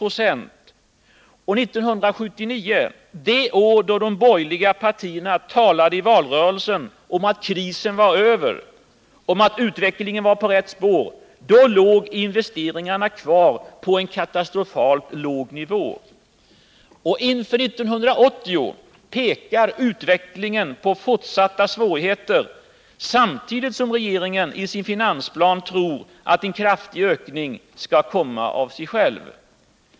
År 1979 — det år då de borgerliga partierna talade i valrörelsen om att krisen var över, om att utvecklingen var på rätt spår — låg investeringarna kvar på en katastrofalt låg nivå. Och inför 1980 pekar utvecklingen på fortsatta svårigheter, samtidigt som regeringen i sin finansplan tror att en kraftig ökning skall komma av sig själv.